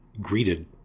greeted